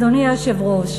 אדוני היושב-ראש,